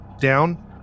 down